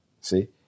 See